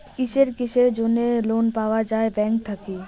কিসের কিসের জন্যে লোন পাওয়া যাবে ব্যাংক থাকি?